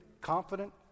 confident